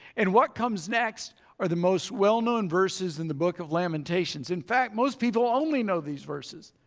and what comes next are the most well known verses in the book of lamentations. in fact, most people only know these verses.